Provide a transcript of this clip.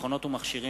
מכונות ומכשירים